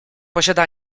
posiada